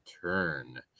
turn